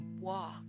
walk